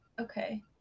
Okay